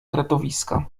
kretowiska